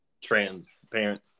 Transparent